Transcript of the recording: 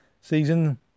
season